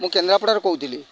ମୁଁ କେନ୍ଦ୍ରାପଡ଼ାରୁ କହୁଥିଲି